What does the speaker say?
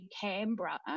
Canberra